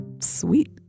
sweet